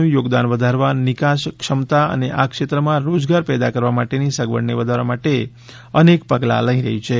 નું યોગદાન વધારવા નિકાસ ક્ષમતા અને આ ક્ષેત્રમાં રોજગાર પેદા કરવા માટેની સગવડને વધારવા માટે અનેક પગલાં લઈ રહી છે